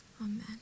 Amen